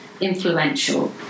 influential